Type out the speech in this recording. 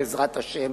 בעזרת השם,